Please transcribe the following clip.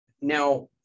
Now